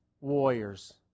warriors